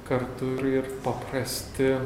kartu ir ir paprasti